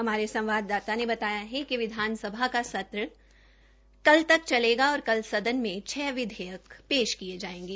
हमारे संवाददाता ने बताया है कि विधानसभा का सत्र कल तक चलेगा और सदन में छ विधेयक पेश किए जायेंगे